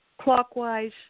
clockwise